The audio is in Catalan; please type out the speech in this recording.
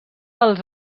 als